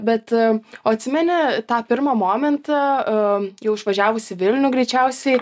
bet o atsimeni tą pirmą momentą a jau išvažiavus į vilnių greičiausiai